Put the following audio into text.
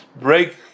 break